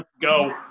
go